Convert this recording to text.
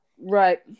Right